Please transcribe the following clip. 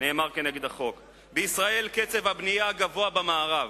נאמר כנגד החוק: בישראל קצב הבנייה הגבוה במערב.